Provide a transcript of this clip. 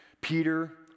Peter